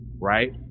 right